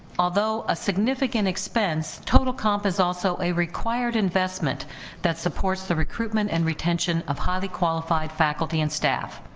although, a significant expense total comp is also a required investment that supports the recruitment and retention of highly qualified faculty and staff,